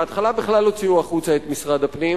בהתחלה בכלל הוציאו החוצה את משרד הפנים,